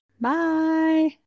Bye